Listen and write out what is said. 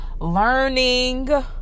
learning